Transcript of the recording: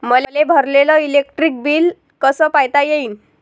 मले भरलेल electric bill कस पायता येईन?